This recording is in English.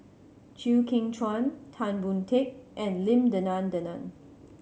Chew Kheng Chuan Tan Boon Teik and Lim Denan Denon